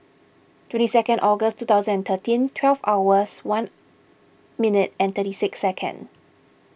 twenty second August two thousand and thirteen twelve hours one minute and thirty six second